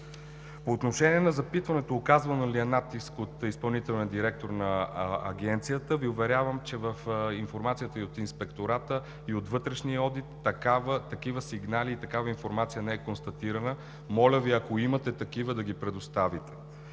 По отношение на запитването – оказван ли е натиск от изпълнителния директор на Агенцията, Ви уверявам, че в информацията и от Инспектората, и от вътрешния одит такива сигнали, такава информация не е констатирана. Моля Ви, ако имате такива, да ги предоставите.